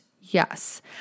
Yes